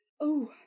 Oh